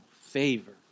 favor